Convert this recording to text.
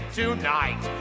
tonight